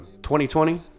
2020